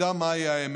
ידע מהי האמת.